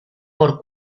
por